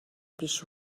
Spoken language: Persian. پیش